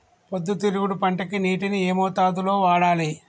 పొద్దుతిరుగుడు పంటకి నీటిని ఏ మోతాదు లో వాడాలి?